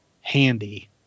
handy